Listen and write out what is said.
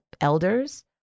elders